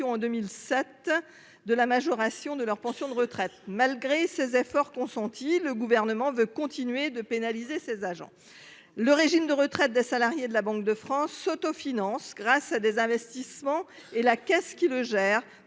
en 2007, de la majoration de leur pension de retraite. Malgré les efforts consentis, le Gouvernement veut pénaliser encore ces agents. Le régime de retraite des salariés de la Banque de France s'autofinance grâce à des investissements. La caisse qui le gère